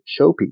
showpiece